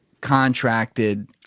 Contracted